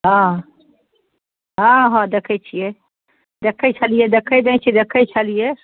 हँ हँ हँ देखैत छिऐ देखैत छलियै देखैत नहि छिऐ देखैत छलियै